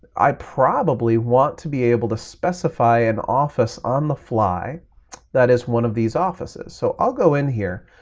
i probably want to be able to specify an office on the fly that is one of these offices. so i'll go in here,